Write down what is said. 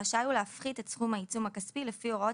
ורשאי הוא להפחית את סכום העיצום הכספי לפי הוראות